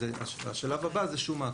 השלב הבא זה שומה.